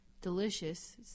delicious